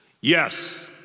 Yes